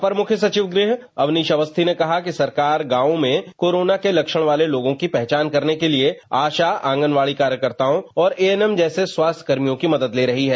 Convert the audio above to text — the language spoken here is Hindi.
अपर मुख्य सचिव गृह अवनीश अवस्थी ने कहा कि सरकार गांव में कोरोना के लक्षण वाले लोगों की पहचान करने के लिए आशा आंगनवाड़ी कार्यकर्ताओं और एएनएम जैसे स्वास्थ्य कर्मियों की मदद ले रही है